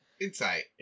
Insight